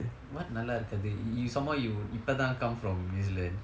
what நல்லா இருக்காது:nallaa irukkaathu you you some more you you இப்ப தான்:ippa thaan come from New Zealand